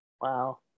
Wow